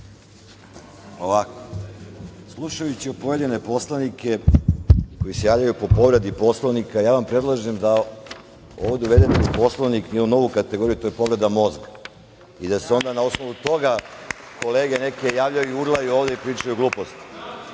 Đilas** Slušajući pojedine poslanike koji se javljaju po povredi Poslovnika, ja vam predlažem da ovo uvedete u Poslovnik kao novu kategoriju, to je povreda mozga i da se onda na osnovu toga kolege neke javljaju, urlaju ovde i pričaju gluposti. Što